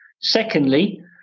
Secondly